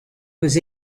was